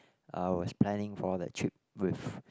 uh was planning for that trip with